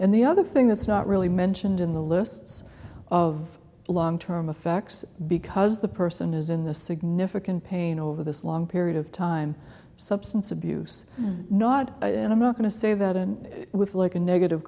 and the other thing that's not really mentioned in the lists of long term effects because the person is in the significant pain over this long period of time substance abuse not i'm not going to say that and with like a negative